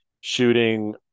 shooting